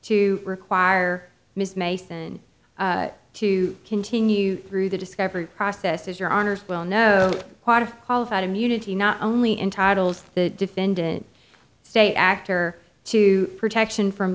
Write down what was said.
to require ms mason to continue through the discovery process as your honour's will know quite a qualified immunity not only entitles the defendant state actor to protection from